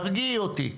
תרגיעי אותי.